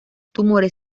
tumores